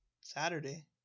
Saturday